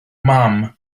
mam